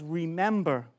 remember